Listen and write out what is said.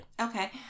Okay